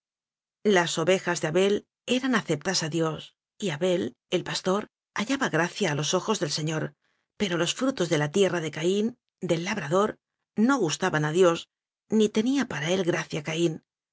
las ovejas de abel eran aceptas a dios y abel el pastor hallaba gracia a los ojos del señor pero los frutos de la tierra de caín del labrador no gustaban a dios ni tenía para el gracia caín